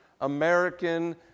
American